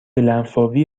لنفاوی